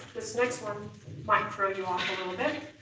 this next one might throw you off a little bit.